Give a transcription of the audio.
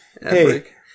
hey